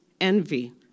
envy